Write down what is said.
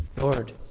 Lord